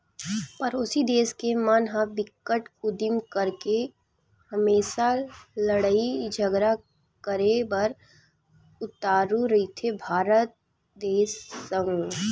परोसी देस के मन ह बिकट उदिम करके हमेसा लड़ई झगरा करे बर उतारू रहिथे भारत देस संग